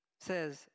says